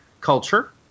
culture